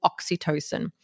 oxytocin